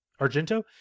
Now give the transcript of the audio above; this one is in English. argento